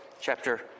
chapter